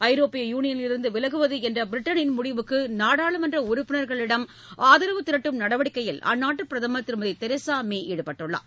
ஐரோப்பிய யூனியனிலிருந்து விலகுவது என்ற பிரிட்டனின் முடிவுக்கு நாடாளுமன்ற உறுப்பினர்களிடம் ஆதரவு திரட்டும் நடவடிக்கையில் அந்நாட்டு பிரதமர் திருமதி தெரலே மே ஈடுபட்டுள்ளார்